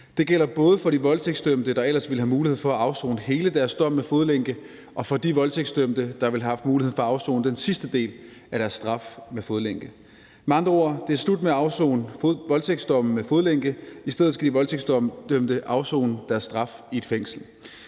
Det gælder både for de voldtægtsdømte, der ellers ville have haft mulighed for at afsone hele deres dom med fodlænke, og for de voldtægtsdømte, der ville have haft mulighed for at afsone den sidste del af deres straf med fodlænke. Med andre ord er det slut med at afsone voldtægtsdomme med fodlænke. I stedet skal de voldtægtsdømte afsone deres straf i et fængsel.